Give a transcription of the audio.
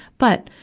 but,